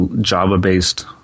Java-based